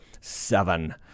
seven